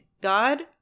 God